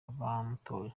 abamutoye